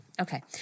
okay